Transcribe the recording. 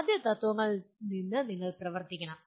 ആദ്യ തത്ത്വങ്ങളിൽ നിന്ന് നിങ്ങൾ പ്രവർത്തിക്കണം